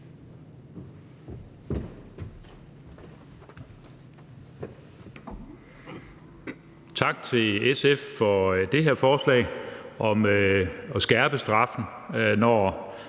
Tak til SF for det her forslag om at skærpe straffen, når